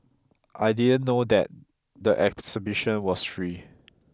I didn't know that the exhibition was free